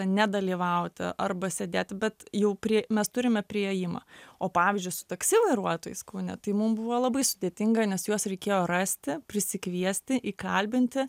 nedalyvauti arba sėdėti bet jau prie mes turime priėjimą o pavyzdžiui su taksi vairuotojais kaune tai mum buvo labai sudėtinga nes juos reikėjo rasti prisikviesti įkalbinti